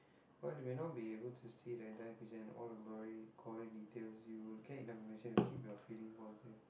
but we may not be able to see the entire vision all the glory glory details you will get enough information to keep your feeling positive